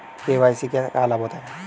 KYC से क्या लाभ होता है?